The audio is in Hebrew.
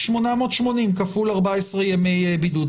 880 כפול 14 ימי בידוד.